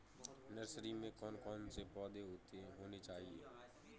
Nursery में कौन कौन से पौधे होने चाहिए?